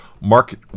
Market